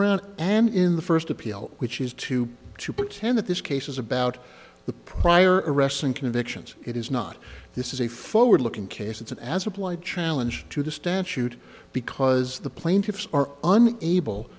around and in the first appeal which is to to pretend that this case is about the prior arrests and convictions it is not this is a forward looking case and as applied challenge to the statute because the plaintiffs a